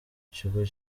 kigo